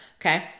Okay